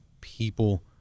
people